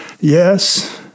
Yes